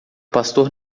pastor